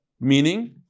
Meaning